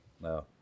No